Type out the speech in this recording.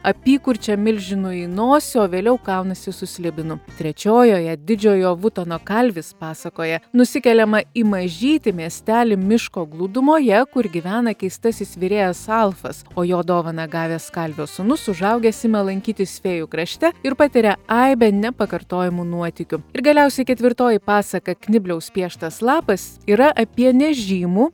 apykurčiam milžinui į nosį o vėliau kaunasi su slibinu trečiojoje didžiojo vutono kalvis pasakoje nusikeliama į mažytį miestelį miško glūdumoje kur gyvena keistasis virėjas alfas o jo dovaną gavęs kalvio sūnus užaugęs ima lankytis fėjų krašte ir patiria aibę nepakartojamų nuotykių ir galiausiai ketvirtoji pasaka knibliaus pieštas lapas yra apie nežymų